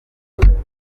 bidatinze